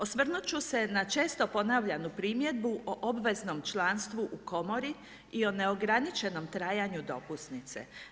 Osvrnut ću se na često ponavljanu primjedbu o obveznom članstvu u komori i o neograničenom trajanju dopusnice.